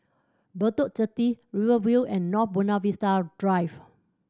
Bedok Jetty Rivervale and North Buona Vista Drive